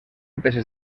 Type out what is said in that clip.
peces